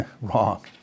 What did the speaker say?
wrong